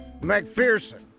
McPherson